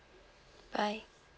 bye